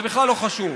זה בכלל לא חשוב.